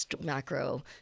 macro